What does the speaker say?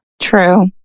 True